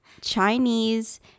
Chinese